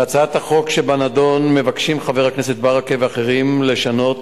בהצעת החוק שבנדון מבקשים חבר הכנסת ברכה ואחרים לשנות